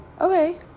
okay